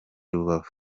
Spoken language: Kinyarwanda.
rubavu